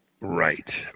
Right